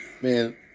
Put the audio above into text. Man